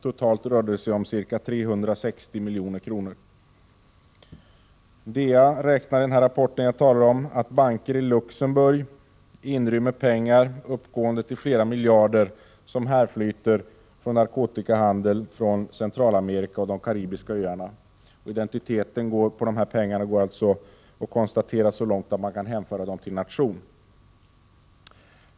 Totalt rörde det sig om ca 360 milj.kr. DEA räknar, i den rapport jag talar om, med att banker i Luxemburg inrymmer pengar uppgående till flera miljarder som härflyter från narkotikahandel från Centralamerika och de karibiska öarna. Identiteten på dessa pengar går alltså att konstatera så långt att man kan hänföra dem till nation.